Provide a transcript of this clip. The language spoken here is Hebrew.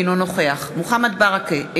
אינו נוכח מוחמד ברכה,